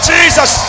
Jesus